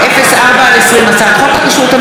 פ/5704/20 וכלה בהצעת חוק פ/5748/20: הצעת